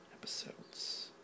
episodes